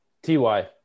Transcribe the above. TY